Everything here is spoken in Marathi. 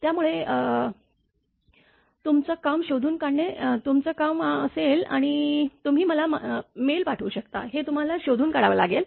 त्यामुळे तुमचं काम शोधून काढणे तुमचं काम असेल आणि तुम्ही मला मेल पाठवू शकता हे तुम्हाला शोधून काढावं लागेल